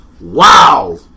Wow